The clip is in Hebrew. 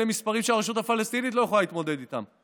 אלה מספרים שהרשות הפלסטינית לא יכולה להתמודד איתם.